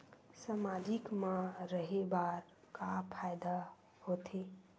सामाजिक मा रहे बार का फ़ायदा होथे?